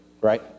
right